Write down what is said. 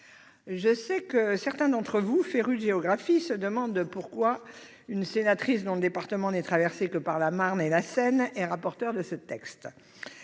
je sais que certains d'entre vous, férus de géographie, se demandent pourquoi une sénatrice dont le département n'est traversé que par la Marne et la Seine est rapporteur de ce texte